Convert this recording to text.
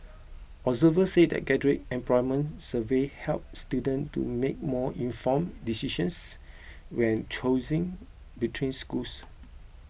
observers said graduate employment surveys help students to make more informed decisions when choosing between schools